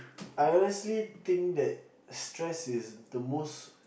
I honestly think that stress is the most